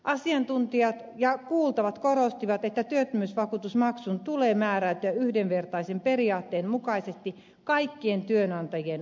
asiantuntijat ja kuultavat korostivat että työttömyysvakuutusmaksun tulee määräytyä yhdenvertaisen periaatteen mukaisesti kaikkien työnantajien osalta